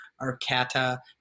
arcata